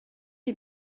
les